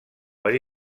per